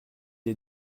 est